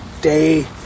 day